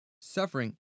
Suffering